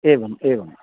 एवम् एवम्